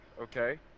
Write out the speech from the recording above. okay